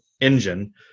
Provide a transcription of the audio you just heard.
engine